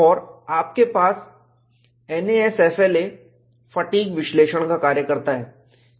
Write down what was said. और आपके पास NASFLA फटीग विश्लेषण का कार्य करता है